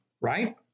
right